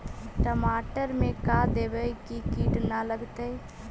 टमाटर में का देबै कि किट न लगतै?